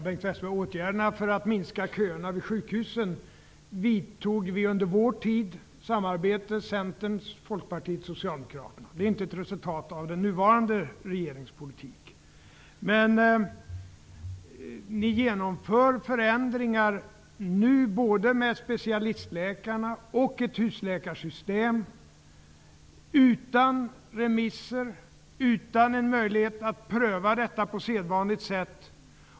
Herr talman! Åtgärderna för att minska köerna vid sjukhusen vidtogs under vår tid genom samarbete mellan Centern, Folkpartiet och Socialdemokraterna. De är inte ett resultat av den nuvarande regeringens politik. Ni genomför nu förändringar både vad gäller specialistläkarna och genom att införa ett husläkarsystem. Det gör ni utan remisser och möjligheten att pröva förslagen på sedvanligt sätt.